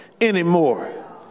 anymore